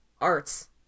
arts